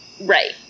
right